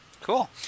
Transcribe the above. Cool